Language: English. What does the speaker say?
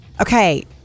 Okay